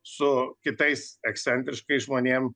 su kitais ekscentriškais žmonėm